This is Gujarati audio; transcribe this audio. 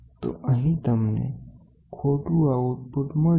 તો અહીં તમને ખોટું આઉટપુટ મળશે